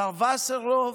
השר וסרלאוף,